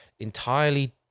entirely